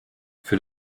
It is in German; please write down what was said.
für